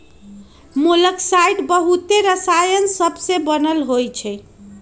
मोलॉक्साइड्स बहुते रसायन सबसे बनल होइ छइ